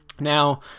Now